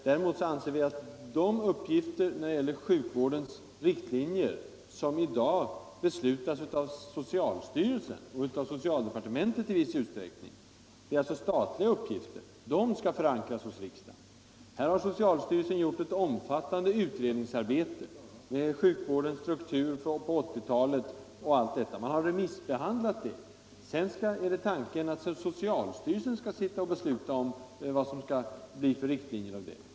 Däremot vill vi att sjukvårdens riktlinjer, som i dag beslutas av socialstyrelsen och i viss utsträckning av socialdepartementet — alltså statliga uppgifter — skall förankras hos riksdagen. Socialstyrelsen har gjort ett omfattande utredningsarbete om sjukvårdens struktur fram på 1980 talet och det har remissbehandlats. Sedan är tanken att socialstyrelsen skall besluta om riktlinjerna.